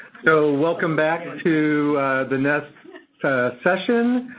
so, welcome back to the next session,